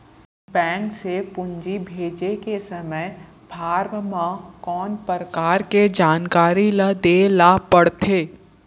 Bank से पूंजी भेजे के समय फॉर्म म कौन परकार के जानकारी ल दे ला पड़थे?